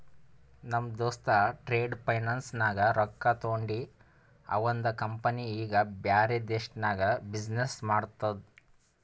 ನಮ್ Dosta trade finance ನಾಗ್ ರೊಕ್ಕಾ ತೊಂಡಿ ಅವಂದ ಕಂಪನಿ ಈಗ ಬ್ಯಾರೆ ದೇಶನಾಗ್ನು ಬಿಸಿನ್ನೆಸ್ ಮಾಡ್ತುದ